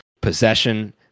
possession